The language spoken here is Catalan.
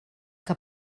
que